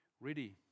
Ready